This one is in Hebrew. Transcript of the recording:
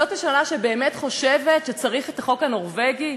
זאת ממשלה שבאמת חושבת שצריך את החוק הנורבגי?